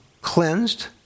cleansed